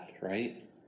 right